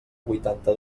vuitanta